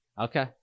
Okay